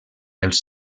els